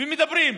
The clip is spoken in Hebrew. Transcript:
מדברים.